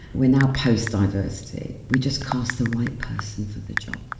we're now post diversity, we just cast the right person for the job,